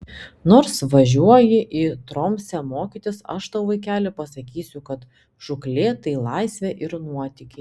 nors važiuoji į tromsę mokytis aš tau vaikeli pasakysiu kad žūklė tai laisvė ir nuotykiai